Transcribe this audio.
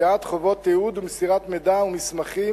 קביעת חובות תיעוד ומסירת מידע ומסמכים,